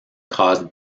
caused